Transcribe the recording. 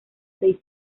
seis